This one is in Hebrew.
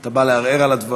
אתה בא לערער על הדברים?